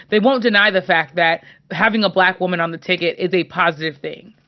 they won't deny the fact that having a black woman on the ticket is a positive thing.